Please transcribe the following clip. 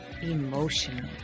emotional